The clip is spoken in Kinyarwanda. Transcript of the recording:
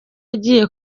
agiye